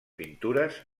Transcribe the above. pintures